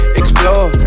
explore